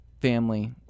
family